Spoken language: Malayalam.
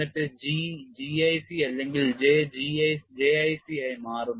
എന്നിട്ട് G G IC അല്ലെങ്കിൽ J J IC ആയി മാറുന്നു